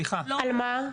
על מה?